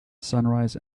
sunrise